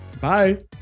Bye